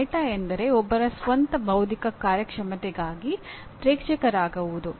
meta ಎಂದರೆ ಒಬ್ಬರ ಸ್ವಂತ ಬೌದ್ಧಿಕ ಕಾರ್ಯಕ್ಷಮತೆಗಾಗಿ ಪ್ರೇಕ್ಷಕರಾಗುವುದು